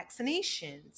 vaccinations